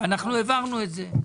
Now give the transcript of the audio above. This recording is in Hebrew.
והעברנו את זה.